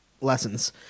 lessons